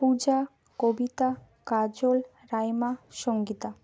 Puja Kabita Kajal Raima Sangeeta